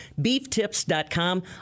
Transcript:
beeftips.com